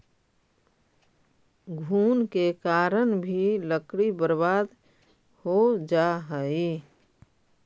घुन के कारण भी लकड़ी बर्बाद हो जा हइ